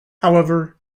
however